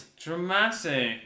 Dramatic